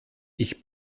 ich